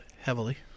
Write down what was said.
heavily